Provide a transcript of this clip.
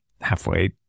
halfway